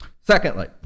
Secondly